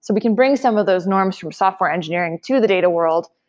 so we can bring some of those norms from software engineering to the data world.